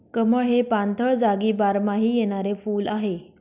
कमळ हे पाणथळ जागी बारमाही येणारे फुल आहे